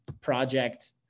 project